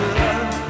love